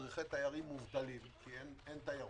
מדריכי תיירים מובטלים כי אין תיירות,